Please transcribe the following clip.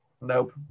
Nope